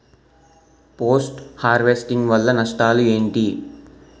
Post harvesting వల్ల నష్టాలు ఏంటి?